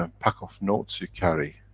um pack of notes you carry.